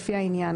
לפי העניין,